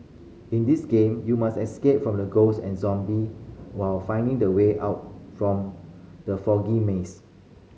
in this game you must escape from the ghosts and zombie while finding the way out from the foggy maze